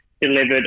delivered